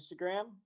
Instagram